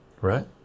right